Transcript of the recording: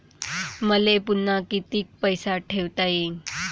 मले पुन्हा कितीक पैसे ठेवता येईन?